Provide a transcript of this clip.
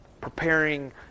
preparing